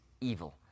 evil